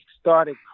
started